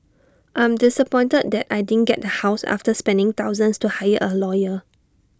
I am disappointed that I didn't get the house after spending thousands to hire A lawyer